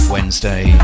Wednesday